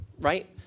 right